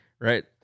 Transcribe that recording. right